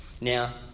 Now